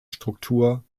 struktur